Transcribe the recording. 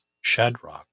Shadrach